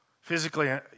Physically